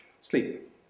Sleep